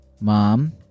mom